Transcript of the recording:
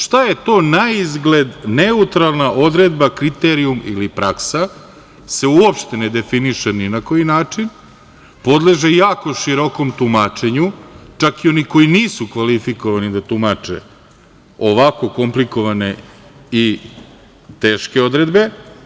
Šta je to naizgled neutralna odredba, kriterijum ili praksa se uopšte ne definiše ni na koji način, podleže jako širokom tumačenju, čak i oni koji nisu kvalifikovani da tumače ovako komplikovane i teške odredbe.